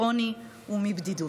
מעוני ומבדידות.